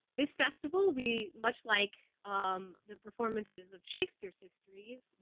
this festival, we, much like, um, the performances of shakespeare's histories,